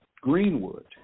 Greenwood